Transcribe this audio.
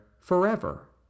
Forever